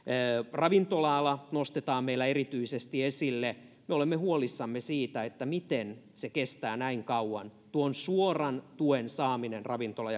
ravintola ala nostetaan meillä erityisesti esille me olemme huolissamme siitä miten kestää näin kauan suoran tuen saaminen ravintola